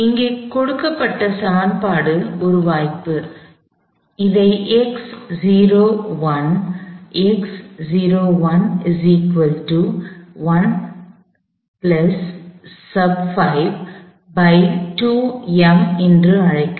இது ஒரு வாய்ப்பு இதை என்று அழைக்கவும்